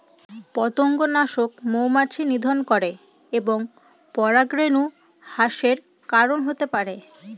পতঙ্গনাশক মৌমাছি নিধন করে এবং পরাগরেণু হ্রাসের কারন হতে পারে